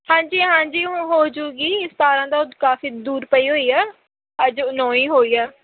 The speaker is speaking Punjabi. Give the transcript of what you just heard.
ਹਾਂਜੀ ਹਾਂਜੀ ਹੁਣ ਹੋ ਜੂਗੀ ਸਤਾਰ੍ਹਾਂ ਤਾਂ ਕਾਫੀ ਦੂਰ ਪਈ ਹੋਈ ਆ ਅੱਜ ਨੌ ਹੀ ਹੋਈ ਆ